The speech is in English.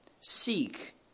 Seek